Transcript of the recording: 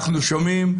אנחנו שומעים,